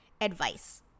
advice